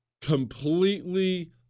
Completely